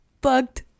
Bugged